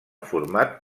format